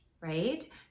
right